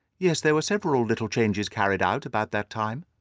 yes, there were several little changes carried out about that time.